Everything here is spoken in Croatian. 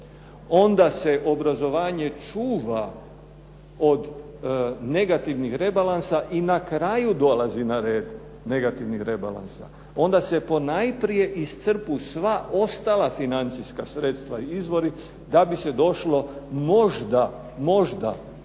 onda se obrazovanje čuva od negativnih rebalansa i na kraju dolazi na red negativnih rebalansa. Onda se ponajprije iscrpe sva ostala financijska sredstva i izvori da bi se došlo možda, možda